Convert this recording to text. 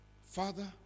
Father